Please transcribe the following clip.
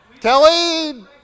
Kelly